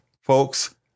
Folks